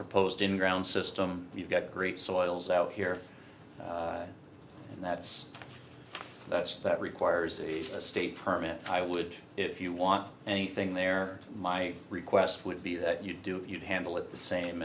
proposed in ground system we've got great soils out here and that's that's that requires a state permit i would if you want anything there my request would be that you do you handle it the same